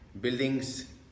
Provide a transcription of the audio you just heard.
buildings